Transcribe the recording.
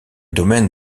domaine